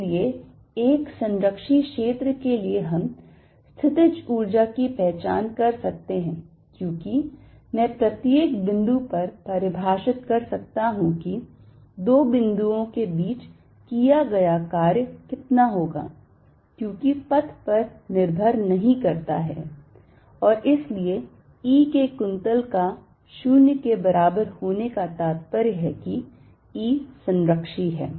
इसलिए एक संरक्षी क्षेत्र के लिए हम स्थितिज ऊर्जा की पहचान कर सकते हैं क्योंकि मैं प्रत्येक बिंदु पर परिभाषित कर सकता हूं कि दो बिंदुओं के बीच किया गया कार्य कितना होगा क्योंकि पथ पर निर्भर नहीं करता है है और इसलिए E के कुंतल का 0 के बराबर होने का तात्पर्य है कि E संरक्षी है